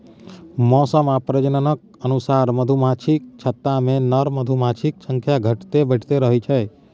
मौसम आ प्रजननक अनुसार मधुमाछीक छत्तामे नर मधुमाछीक संख्या घटैत बढ़ैत रहै छै